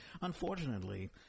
Unfortunately